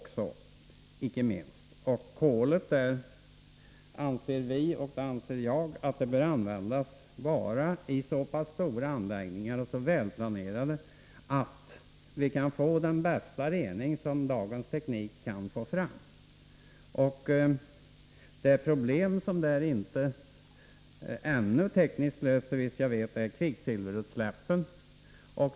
Kolet anser vi bör användas bara i så pass stora och välplanerade anläggningar att man kan få den bästa rening som dagens teknik kan åstadkomma. Det problem som ännu såvitt jag vet inte är löst är kvicksilverutsläppen.